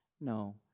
No